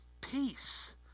peace